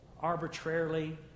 arbitrarily